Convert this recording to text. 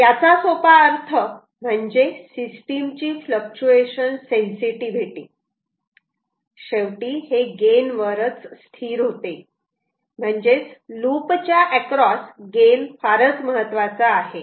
याचा सोपा अर्थ म्हणजे सिस्टिमची फ्लक्चुएशन सेन्सिटिव्हिटी शेवटी हे गेन वरच स्थिर होते म्हणजेच लूप च्या एक्रॉस गेन फारच महत्वाचा आहे